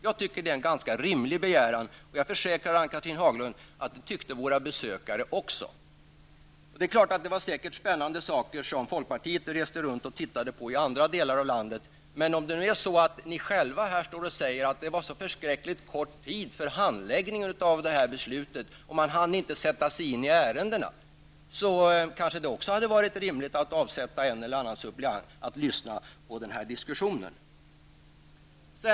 Jag tycker att det är en ganska rimlig begäran. Och jag försäkrar att Ann-Cathrine Haglund att våra besökare också tyckte det. Det var säkert spännande saker som folkpartiet reste runt och tittade på i andra delar av landet. Men om ni själva står och säger att det var en så förskräckligt kort tid för handläggning av det här beslutet och att ni inte hann sätta er in i ärendena, hade det kanske varit rimligt att avsätta en eller annan suppleant att lyssna på denna diskussion.